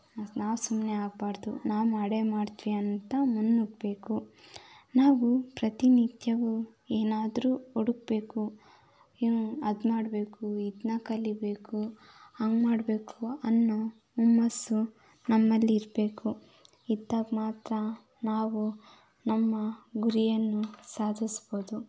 ನಾವು ಸುಮ್ಮನೆ ಆಗಬಾರ್ದು ನಾವು ಮಾಡೇ ಮಾಡ್ತೀವಿ ಅಂತ ಮುನ್ನುಗ್ಗಬೇಕು ನಾವು ಪ್ರತಿನಿತ್ಯವು ಏನಾದರೂ ಹುಡುಕಬೇಕು ಅದು ಮಾಡಬೇಕು ಇದನ್ನ ಕಲಿಬೇಕು ಹಾಗ್ಮಾಡ್ಬೇಕು ಅನ್ನೋ ಹುಮ್ಮಸ್ಸು ನಮ್ಮಲ್ಲಿ ಇರಬೇಕು ಇದ್ದಾಗ ಮಾತ್ರ ನಾವು ನಮ್ಮ ಗುರಿಯನ್ನು ಸಾಧಿಸ್ಬೋದು